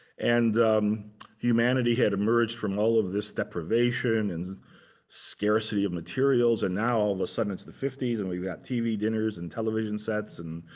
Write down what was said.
and humanity had emerged from all of this deprivation and scarcity of materials. and now, all of a sudden, it's the fifty s, and we've got tv dinners and television sets and